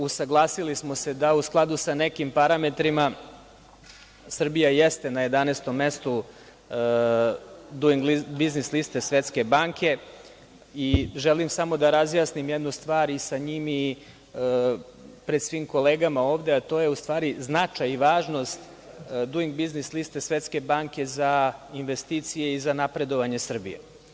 Usaglasili smo se da u skladu sa nekim parametrima Srbija jeste na 11. mestu Duing biznis liste Svetske banke i želim samo da razjasnim jednu stvari sa njim i pred svim kolegama ovde, a to je u stvari značaj i važnost Duing biznis liste Svetske banke za investicije i za napredovanje Srbije.